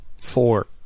Four